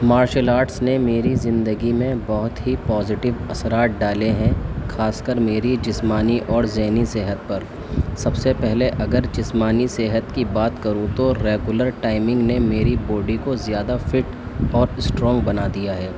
martial arts نے میری زندگی میں بہت ہی پوازیٹو اثرات ڈالے ہیں خاص کر میری جسمانی اور ذہنی صحت پر سب سے پہلے اگر جسمانی صحت کی بات کروں تو ریگولر ٹائمنگ نے میری باڈی کو زیادہ فٹ اور اسٹرونگ بنا دیا ہے